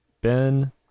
Ben